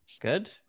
Good